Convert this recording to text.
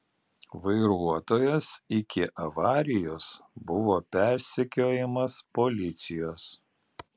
vairuotojas iki avarijos buvo persekiojamas policijos